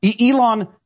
Elon